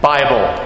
Bible